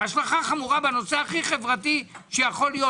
בנושא הכי חברתי שיכול היות.